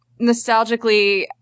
nostalgically